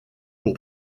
pour